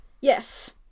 yes